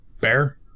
bear